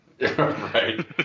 Right